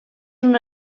una